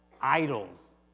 idols